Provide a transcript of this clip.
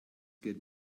get